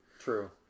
True